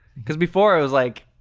because before i was like,